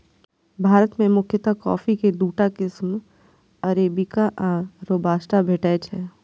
भारत मे मुख्यतः कॉफी के दूटा किस्म अरेबिका आ रोबास्टा भेटै छै